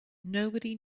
nobody